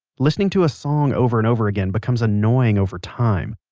listening to a song over and over again becomes annoying over time,